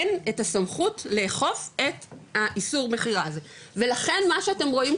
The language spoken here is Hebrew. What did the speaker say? אין את הסמכות לאכוף את האיסור מכירה הזה ולכן מה שאתם רואים,